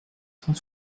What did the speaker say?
cent